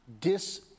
dis